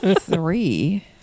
three